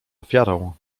ofiarą